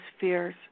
fears